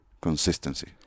consistency